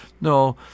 No